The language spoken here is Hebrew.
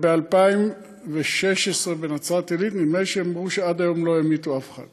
ב-2016 בנצרת-עילית נדמה לי שהם אמרו שעד היום לא המיתו אף אחד,